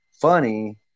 funny